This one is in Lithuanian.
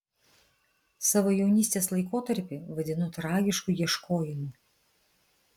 savo jaunystės laikotarpį vadinu tragišku ieškojimu